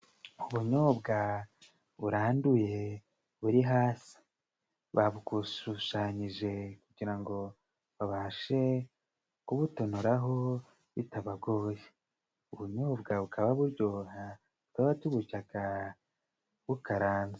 Ubunyobwa buranduye buri hasi babukushushanyije kugira ngo babashe kubutonoraho bitabagoye, ubunyobwa bukaba buryoha tukaba tuburyaga bukaranze.